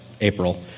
April